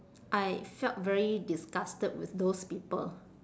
I felt very disgusted with those people